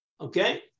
Okay